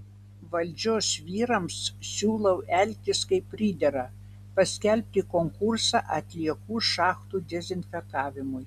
valdžios vyrams siūlau elgtis kaip pridera paskelbti konkursą atliekų šachtų dezinfekavimui